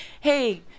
hey